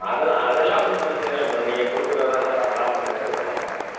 அதெல்லாம் அதெல்லாம் ஒன்றும் பிரச்சனை இல்லை மேடம் நீங்கள் கொடுக்குறதுதான் நாங்கள் அதெல்லாம் இது பண்ணமாட்டோம்